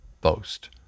boast